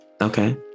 Okay